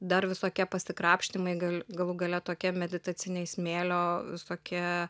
dar visokie pasikrapštymai gal galų gale tokie meditaciniai smėlio visokie